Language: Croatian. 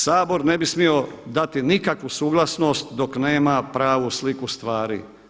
Sabor ne bi smio dati nikakvu suglasnost dok nema pravu sliku stvari.